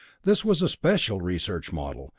this was a special research model,